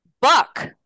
Buck